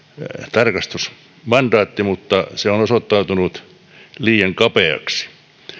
tarkastusmandaatti mutta se on osoittautunut liian kapeaksi